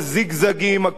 הכניסות,